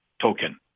token